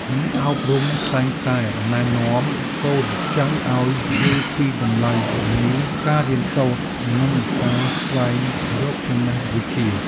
អ្នកអប់រំតែងតែណែនាំកូនចៅឱ្យយល់ពីតម្លៃនៃការរៀនសូត្រ និងការស្វែងរកចំណេះវិជ្ជា។